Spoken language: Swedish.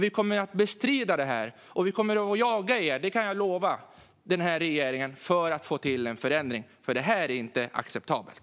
Vi kommer att bestrida detta, och vi kommer att jaga er i regeringen för att få till en förändring - det kan jag lova. För det här är inte acceptabelt.